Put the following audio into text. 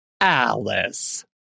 Alice